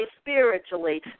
spiritually